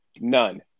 None